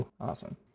Awesome